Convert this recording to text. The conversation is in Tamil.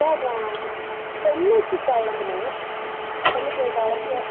சார் நான் சென்னைக்கு கிளம்பணும் சென்னைக்கு கிளம்ப